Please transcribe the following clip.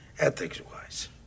Ethics-wise